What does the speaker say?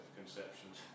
conceptions